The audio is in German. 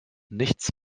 nichts